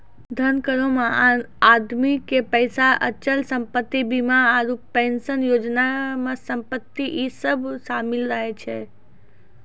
धन करो मे आदमी के पैसा, अचल संपत्ति, बीमा आरु पेंशन योजना मे संपत्ति इ सभ शामिल रहै छै